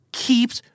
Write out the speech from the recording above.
keeps